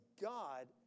God